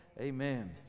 Amen